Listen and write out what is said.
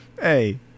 hey